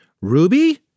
Ruby